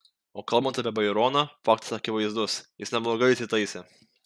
o kalbant apie baironą faktas akivaizdus jis neblogai įsitaisė